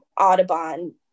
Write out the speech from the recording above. Audubon